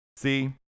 See